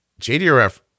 JDRF